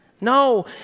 No